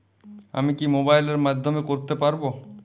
আমি কি মোবাইলের মাধ্যমে করতে পারব?